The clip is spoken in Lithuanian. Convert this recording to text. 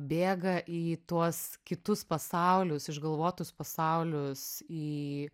bėga į tuos kitus pasaulius išgalvotus pasaulius į